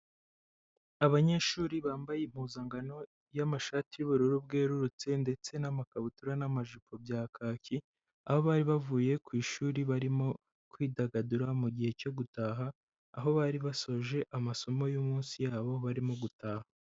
Abanyeshuri bambaye impuzangano y'amashati y'ubururu bwerurutse ndetse n'amakabutura n'amajipo bya kaki, aho bari bavuye ku ishuri barimo kwidagadura mu gihe cyo gutaha, aho bari basoje amasomo y'umunsi yabo barimo gutaha.